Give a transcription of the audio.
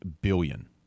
billion